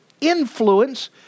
influence